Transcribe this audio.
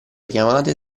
chiamate